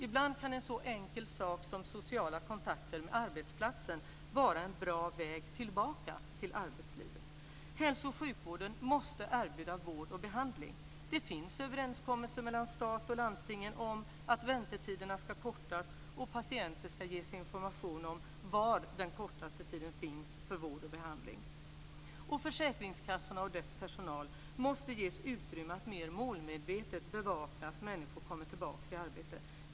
Ibland kan en så enkel sak som sociala kontakter med arbetsplatsen vara en bra väg tillbaka till arbetslivet. Hälso och sjukvården måste erbjuda vård och behandling. Det finns överenskommelser mellan stat och landsting om att väntetiderna ska kortas och patienter ska ges information om var den kortaste tiden finns för vård och behandling. Försäkringskassorna och deras personal måste ges utrymme för att mer målmedvetet bevaka att människor kommer tillbaka i arbete.